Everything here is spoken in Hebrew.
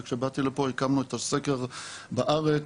וכשבאתי לפה הקמנו את הסקר בארץ,